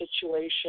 situation